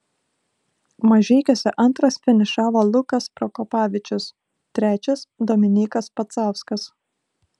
mažeikiuose antras finišavo lukas prokopavičius trečias dominykas pacauskas